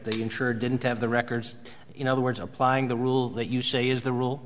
the insurer didn't have the records in other words applying the rule that you say is the rule